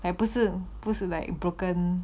哎不是不是 like broken